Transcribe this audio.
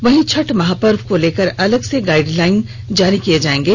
वहीं छठ महापर्व को लेकर अलग से गाइडलाइन जारी किए जाएंगे